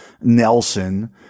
Nelson